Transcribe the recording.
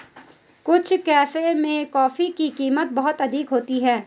कुछ कैफे में कॉफी की कीमत बहुत अधिक होती है